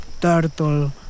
turtle